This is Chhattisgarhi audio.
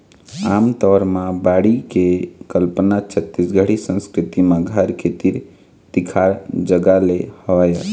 आमतौर म बाड़ी के कल्पना छत्तीसगढ़ी संस्कृति म घर के तीर तिखार जगा ले हवय